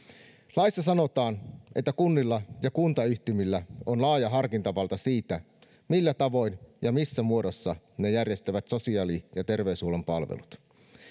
laissa sanotaan että kunnilla ja kuntayhtymillä on laaja harkintavalta siinä millä tavoin ja missä muodossa ne järjestävät sosiaali ja terveyshuollon palvelut